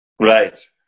Right